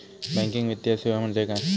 Banking वित्तीय सेवा म्हणजे काय?